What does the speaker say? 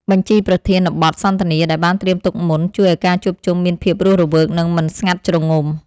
បញ្ជីប្រធានបទសន្ទនា ដែលបានត្រៀមទុកមុន ជួយឱ្យការជួបជុំមានភាពរស់រវើក និងមិនស្ងាត់ជ្រងំ។